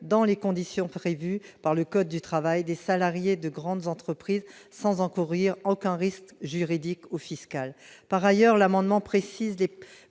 dans les conditions prévues par le code du travail des salariés de grandes entreprises, sans encourir aucun risque juridique ou fiscal, par ailleurs, l'amendement précise